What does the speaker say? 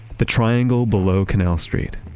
the triangle below canal street,